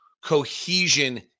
cohesion